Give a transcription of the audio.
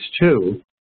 two